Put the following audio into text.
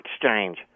exchange